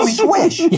swish